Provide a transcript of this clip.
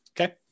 Okay